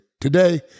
Today